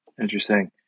Interesting